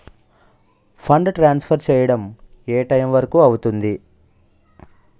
Fund transfer చేయడం ఏ time వరుకు అవుతుంది?